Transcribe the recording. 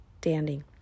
standing